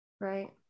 right